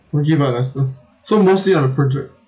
don't give up lester so mostly on the project